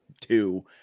two